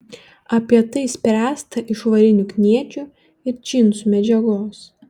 apie tai spręsta iš varinių kniedžių ir džinsų medžiagos